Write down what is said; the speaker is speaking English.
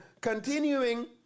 continuing